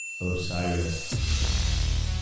Osiris